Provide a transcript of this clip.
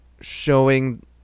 showing